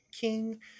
king